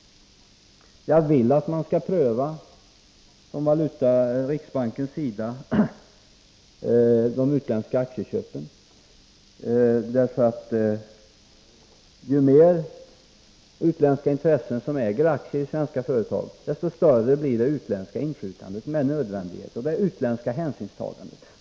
Jag vill att riksbanken skall pröva de utländska aktieköpen. Ju mera utländska intressen som äger aktier i svenska företag, desto större blir det utländska inflytandet och hänsynstagandet med nödvändighet.